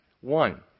One